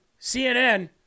CNN